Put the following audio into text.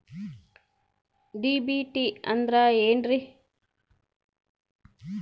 DBT ಅಂದ್ರ ಏನ್ರಿ?